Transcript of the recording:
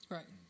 Right